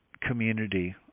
community